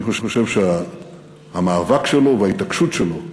אני חושב שהמאבק שלו וההתעקשות שלו